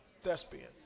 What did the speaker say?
Thespian